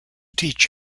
teach